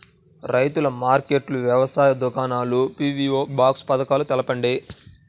రైతుల మార్కెట్లు, వ్యవసాయ దుకాణాలు, పీ.వీ.ఓ బాక్స్ పథకాలు తెలుపండి?